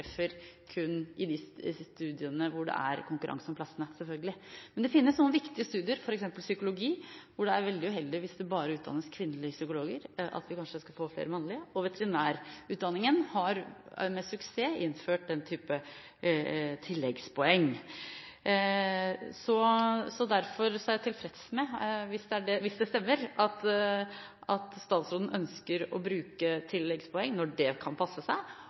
kun de studiene hvor det er konkurranse om plassene. Men det finnes noen viktige studier, f.eks. psykologi, hvor det er veldig uheldig hvis det bare utdannes kvinnelige psykologer – vi burde kanskje få flere mannlige, og veterinærutdanningen har med suksess innført den type tilleggspoeng. Derfor er jeg tilfreds med svaret – hvis det stemmer at statsråden ønsker å bruke tilleggspoeng når det kan passe seg,